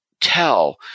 tell